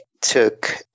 took